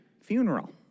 funeral